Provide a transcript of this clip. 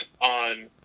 on